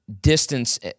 distance